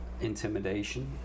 intimidation